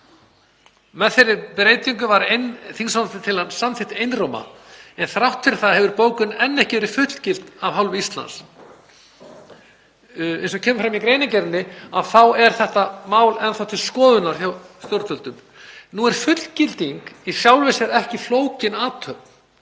Með þeirri breytingu var þingsályktunartillagan samþykkt einróma. Þrátt fyrir það hefur bókunin enn ekki verið fullgilt af hálfu Íslands og eins og kemur fram í greinargerðinni er þetta mál enn þá til skoðunar hjá stjórnvöldum. Nú er fullgilding í sjálfu sér ekki flókin athöfn,